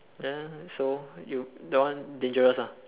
so you that one dangerous ah